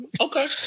okay